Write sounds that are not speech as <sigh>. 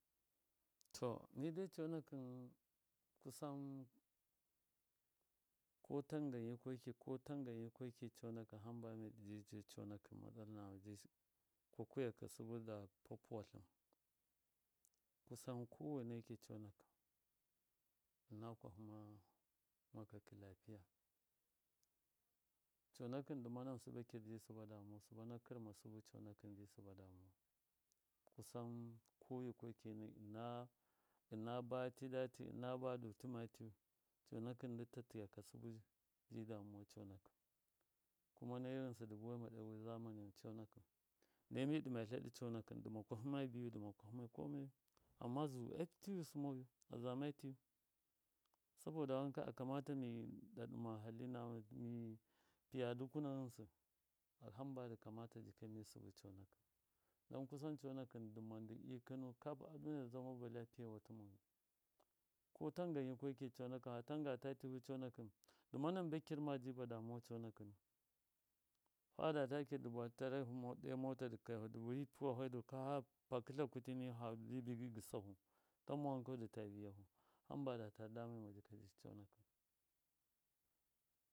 To midai conakɨn kusan kotangan yikweki ko tangan yikweki conakɨn hamba midɨ ɗe conakɨn <unintelligible> kusan ko weneki conakɨn tlɨna kwahɨya makakɨ lapiya conankɨn dɨ manan sɨbɨ kir ji damuwau sɨbana kɨrma sɨbɨ conakɨn ji sɨba damuwa kusan koyikikwe ɨna batida ti ɨna ba tɨma tiyu, conakɨn ndɨ tatiyakaka sɨbɨ ji damu wa conakɨn kuma nai ghɨnsɨ dɨ buwai ma ɗe zamani conakɨn nai mi ɗɨma tleɗi conakɨn dɨma kwahɨma biyu dɨma komayu amma zu atiyusɨ manoyu azama tiyu saboda wanka akamata mi ɗa ɗɨma hali nama mi piya dukuna ghɨnsɨ a hamba dɨ kamata jika mi sɨbɨ conakɨn don kusan conakɨn dɨma ndɨ ɨkɨnu kap a duniya zama ba lapiye watɨ moyu ko tangan yikoki conakɨn hatanga ta tivɨ conakɨn dɨ manan bakir ma jj ba damuwau conakɨnu hadata tɨvu dɨ batlɨn tarehu ɗe mota dɨ kiyahu dɨbi puwafai du kwafa fa pakɨtla kutɨ nifai fabai dɨbi gɨsafu tamma wankau nɨ ta viyahu hamba data damema jika ji conakɨn.